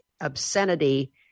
obscenity